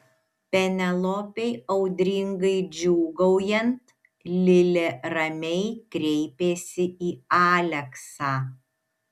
penelopei audringai džiūgaujant lilė ramiai kreipėsi į aleksą